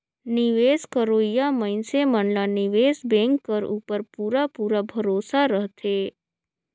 निवेस करोइया मइनसे मन ला निवेस बेंक कर उपर पूरा पूरा भरोसा रहथे